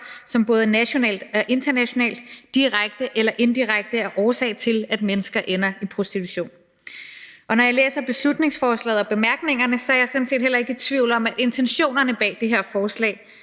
som både nationalt og internationalt, direkte eller indirekte er årsag til, at mennesker ender i prostitution, og når jeg læser beslutningsforslaget og bemærkningerne, er jeg sådan set heller ikke i tvivl om, at intentionerne bag det her forslag